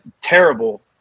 terrible